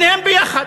שניהם ביחד.